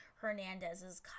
hernandez's